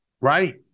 right